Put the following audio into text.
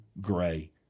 Gray